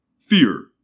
Fear